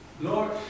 Lord